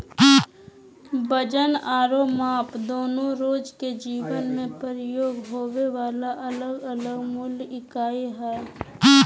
वजन आरो माप दोनो रोज के जीवन मे प्रयोग होबे वला अलग अलग मूल इकाई हय